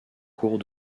cours